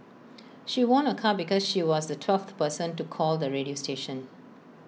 she won A car because she was the twelfth person to call the radio station